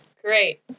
Great